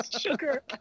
sugar